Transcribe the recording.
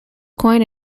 coined